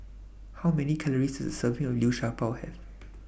How Many Calories Does A Serving of Liu Sha Bao Have